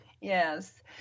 Yes